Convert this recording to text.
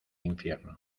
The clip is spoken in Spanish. infierno